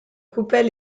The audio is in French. coupait